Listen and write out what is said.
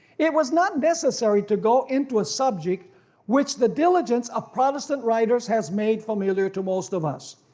it was not necessary to go into a subject which the diligence of protestant writers has made familiar to most of us.